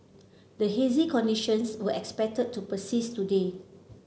the hazy conditions were expected to persist today